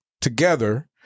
together